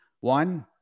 One